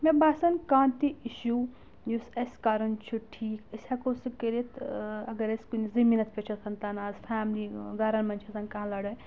مےٚ باسَان کانٛہہ تہِ اِشوٗ یُس اَسہِ کَرُن چھُ ٹھیٖک أسۍ ہؠکو سُہ کٔرِتھ اگر أسۍ کُنہِ زٔمیٖن پؠٹھ چھِ آسان تَنازٕ فیملی گَرَن منٛز چھِ آسان کانٛہہ لَڑٲے